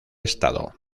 estado